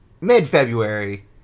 mid-February